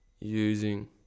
using